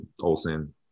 Olson